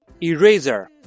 ERASER